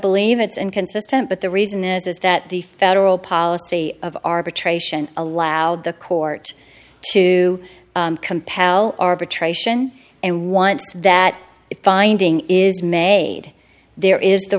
believe it's inconsistent but the reason is is that the federal policy of arbitration allowed the court to compel arbitration and once that finding is made there is the